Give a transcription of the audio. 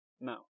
No